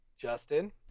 Justin